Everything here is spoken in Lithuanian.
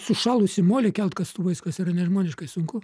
sušalusį molį kelk kastuvais kas yra nežmoniškai sunku